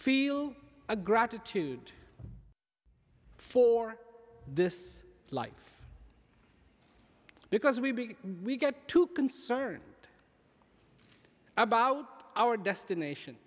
feel a gratitude for this life because we big we get too concerned about our destination